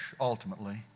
ultimately